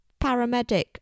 paramedic